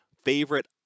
Favorite